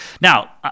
Now